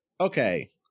okay